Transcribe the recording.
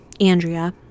Andrea